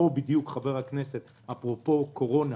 אפרופו קורונה